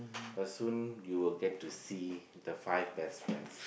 but soon you will get to see the five best friends